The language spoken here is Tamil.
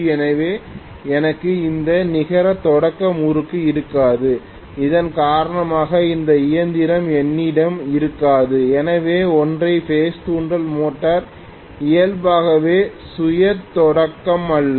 எனவே எனக்கு எந்த நிகர தொடக்க முறுக்கு இருக்காது இதன் காரணமாக இந்த இயந்திரம் என்னிடம் இருக்காது எனவே ஒற்றை பேஸ் தூண்டல் மோட்டார் இயல்பாகவே சுய தொடக்கமல்ல